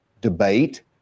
debate